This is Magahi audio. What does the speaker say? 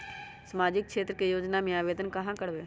सामाजिक क्षेत्र के योजना में आवेदन कहाँ करवे?